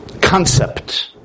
concept